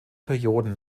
perioden